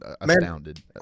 astounded